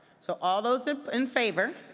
so all those in favor